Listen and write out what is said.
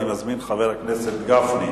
אני מזמין את חבר הכנסת משה גפני.